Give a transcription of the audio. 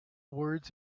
words